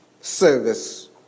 service